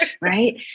Right